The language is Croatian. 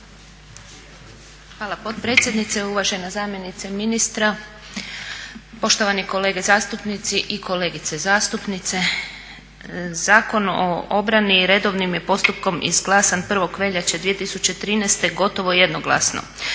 Hvala potpredsjednice, uvažena zamjenice ministra, poštovani kolege zastupnici i kolegice zastupnice. Zakon o obrani redovnim je postupkom izglasan 1. veljače 2013. gotovo jednoglasno.